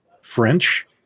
French